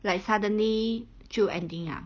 like suddenly 就 ending liao